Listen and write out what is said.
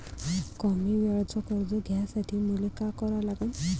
कमी वेळेचं कर्ज घ्यासाठी मले का करा लागन?